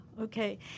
okay